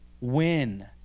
win